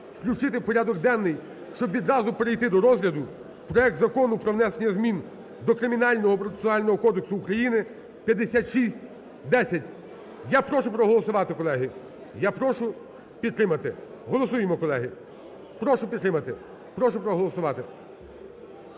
включити в порядок денний, щоб відразу перейди до розгляду проект Закону про внесення змін до Кримінального процесуального кодексу України (5610). Я прошу проголосувати, колеги. Я прошу підтримати. Голосуємо, колеги. Прошу підтримати. Прошу проголосувати.